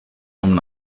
una